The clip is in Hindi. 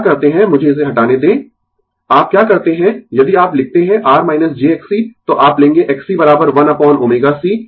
क्या करते है मुझे इसे हटाने दें आप क्या करते है यदि आप लिखते है R j Xc तो आप लेंगें Xc 1 अपोन ω c